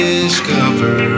discover